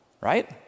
right